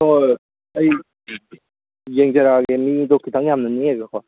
ꯍꯣꯏ ꯍꯣꯏ ꯑꯩ ꯌꯦꯡꯖꯔꯛꯑꯒꯦ ꯃꯤꯗꯣ ꯈꯤꯇꯪ ꯌꯥꯝꯅ ꯅꯦꯛꯑꯒꯀꯣ